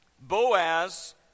Boaz